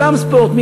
אולם ספורט,